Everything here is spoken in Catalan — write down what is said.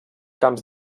camps